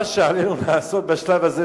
מה שעלינו לעשות בשלב הזה,